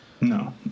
No